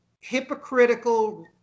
hypocritical